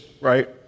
right